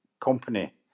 company